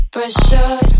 Pressure